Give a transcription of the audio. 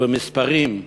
ובמספרים,